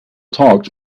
talks